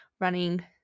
running